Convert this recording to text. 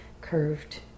curved